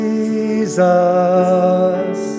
Jesus